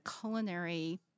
culinary